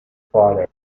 father